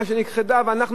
ואנחנו ככה שותקים,